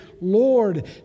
Lord